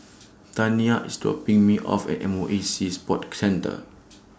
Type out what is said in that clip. Taniyah IS dropping Me off At M O E Sea Sports Centre